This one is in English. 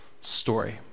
story